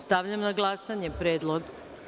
Stavljam na glasanje ovaj predlog.